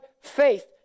faith